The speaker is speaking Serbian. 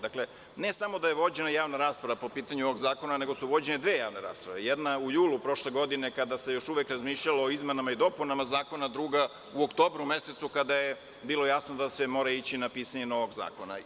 Dakle, ne samo da je vođena javna rasprava po pitanju ovog zakona, nego su vođene dve javne rasprave, jedna u julu prošle godine kada se još uvek razmišljalo o izmenama i dopunama zakona, a druga u oktobru mesecu kada je bilo jasno da se mora ići na pisanje novog zakona.